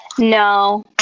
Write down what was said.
No